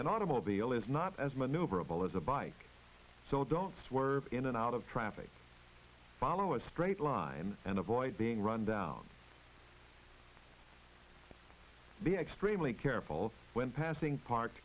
and automobile is not as maneuverable as a bike so don't swerve in and out of traffic follow a straight line and avoid being run down be extremely careful when passing park